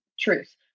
truth